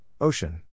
Ocean